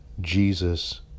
Jesus